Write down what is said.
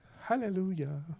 Hallelujah